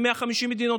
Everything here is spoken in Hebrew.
מ-150 מדינות,